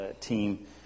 team